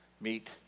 meet